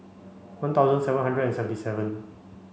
one thousand seven hundred and seventy seven